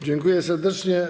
Dziękuję serdecznie.